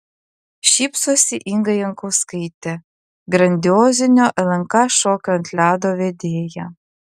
šypsosi inga jankauskaitė grandiozinio lnk šokių ant ledo vedėja